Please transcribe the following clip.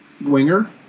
winger